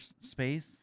space